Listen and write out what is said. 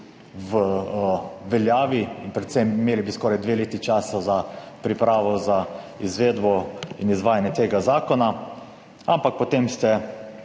v veljavi. In predvsem imeli bi skoraj dve leti časa za pripravo za izvedbo in izvajanje tega zakona, ampak potem ste